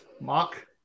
Mock